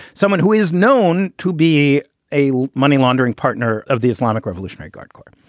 someone who is known to be a money laundering partner of the islamic revolutionary guard corps.